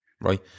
right